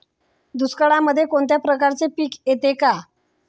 दुष्काळामध्ये कोणत्या प्रकारचे पीक येते का?